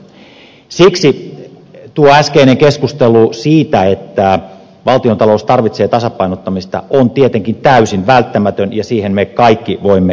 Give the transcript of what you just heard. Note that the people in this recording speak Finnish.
siksi tuo äskeinen keskustelu siitä että valtiontalous tarvitsee tasapainottamista on tietenkin täysin välttämätön ja siihen me kaikki voimme yhtyä